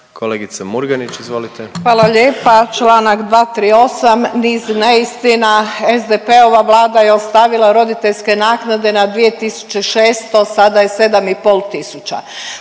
**Murganić, Nada (HDZ)** Hvala lijepa. Članak 238. niz neistina. SDP-ova vlada je ostavila roditeljske naknade na 2600, sada je 7